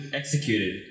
executed